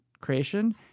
creation